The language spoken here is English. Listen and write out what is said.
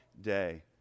day